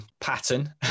pattern